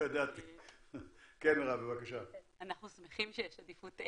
אנחנו שמחים שיש עדיפות.